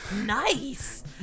Nice